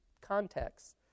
context